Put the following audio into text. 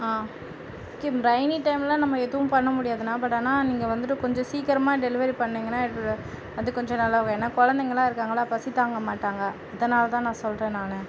ஆ rainy டைமில நம்ம எதுவும் பண்ண முடியாதுண்ணா பட் ஆனால் ஆனால் நீங்கள் வந்துட்டு கொஞ்சம் சீக்கிரமாக டெலிவரி பண்ணிங்கன்னா வந்து கொஞ்சம் நல்லாகும் ஏன்னா குழந்தைங்கல்லாம் இருக்காங்கல்ல பசி தாங்க மாட்டாங்க அதனால் தான் நான் சொல்கிறேன் நான்